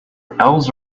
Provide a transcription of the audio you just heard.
owls